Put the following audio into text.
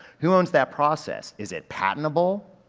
who owns that process? is it patentable?